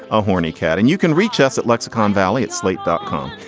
a horny cat. and you can reach us at lexicon valley at slate dot com.